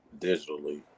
digitally